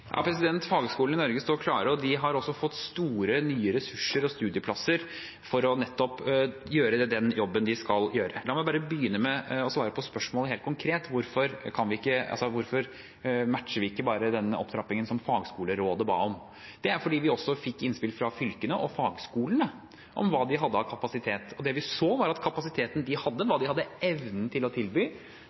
i Norge står klare, og de har også fått store, nye ressurser og studieplasser for nettopp å gjøre den jobben de skal gjøre. La meg bare begynne med å svare på spørsmålet helt konkret: Hvorfor matcher vi ikke bare den opptrappingen Fagskolerådet ba om? Det er fordi vi også fikk innspill fra fylkene og fagskolene om hva de hadde av kapasitet. Det vi så, var at kapasiteten de hadde, hva de hadde evnen til å tilby